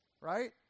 right